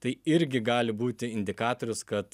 tai irgi gali būti indikatorius kad